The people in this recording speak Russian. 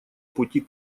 пути